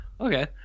Okay